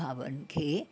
भावनि खे